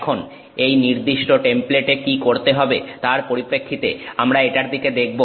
এখন এই নির্দিষ্ট টেমপ্লেটে কি করতে হবে তার পরিপ্রেক্ষিতে আমরা এটার দিকে দেখব